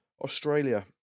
Australia